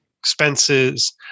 expenses